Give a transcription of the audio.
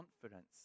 confidence